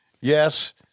Yes